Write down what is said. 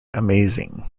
amazing